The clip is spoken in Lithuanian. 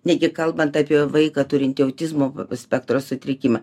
negi kalbant apie vaiką turintį autizmo spektro sutrikimą